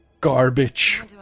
garbage